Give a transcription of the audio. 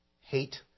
hate